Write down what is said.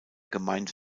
gemeinde